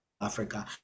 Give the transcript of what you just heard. Africa